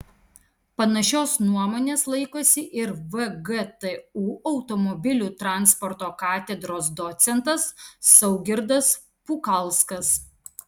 panašios nuomonės laikosi ir vgtu automobilių transporto katedros docentas saugirdas pukalskas